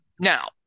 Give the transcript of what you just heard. now